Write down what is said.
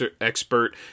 expert